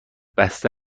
بسته